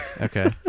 Okay